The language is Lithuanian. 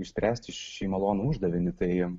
išspręsti šį malonų uždavinį tai